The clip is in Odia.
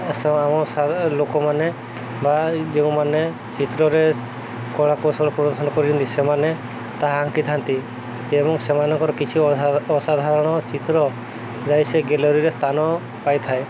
ଆମ ଲୋକମାନେ ବା ଯେଉଁମାନେ ଚିତ୍ରରେ କଳା କୌଶଳ ପ୍ରଦର୍ଶନ କରିନ୍ତି ସେମାନେ ତାହା ଆଙ୍କିଥାନ୍ତି ଏବଂ ସେମାନଙ୍କର କିଛି ଅସାଧାରଣ ଚିତ୍ର ଯାଇ ସେ ଗ୍ୟାଲେରୀରେ ସ୍ଥାନ ପାଇଥାଏ